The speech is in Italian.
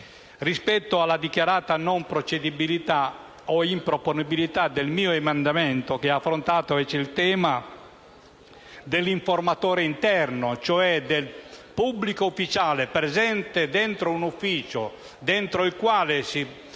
riferisco alla dichiarata non procedibilità o improponibilità del mio emendamento che ha affrontato il tema dell'informatore interno, ossia del pubblico ufficiale presente in un ufficio nel quale si